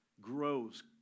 grows